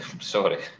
Sorry